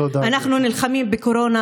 אנחנו נלחמים בקורונה,